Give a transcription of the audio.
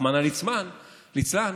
רחמנא ליצלן,